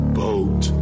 boat